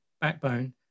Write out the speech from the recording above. backbone